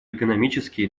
экономические